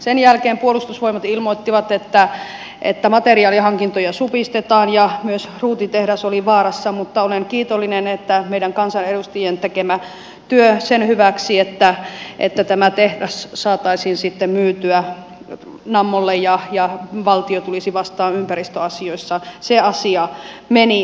sen jälkeen puolustusvoimat ilmoittivat että materiaalihankintoja supistetaan ja myös ruutitehdas oli vaarassa mutta olen kiitollinen että meidän kansanedustajien tekemä työ sen asian hyväksi että tämä tehdas saataisiin sitten myytyä nammolle ja valtio tulisi vastaan ympäristöasioissa meni eteenpäin